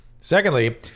Secondly